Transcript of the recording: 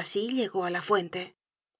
asi llegó á la fuente